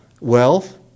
wealth